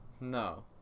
no